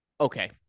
okay